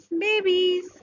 babies